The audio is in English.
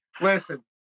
Listen